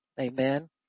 Amen